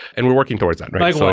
and we're working towards that right so